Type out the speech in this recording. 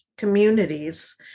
communities